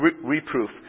reproof